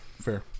fair